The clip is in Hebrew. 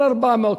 1.4 מיליון,